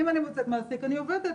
אם אני מוצאת מעסיק אני עובדת.